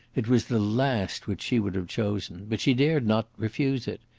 it was the last which she would have chosen. but she dared not refuse it.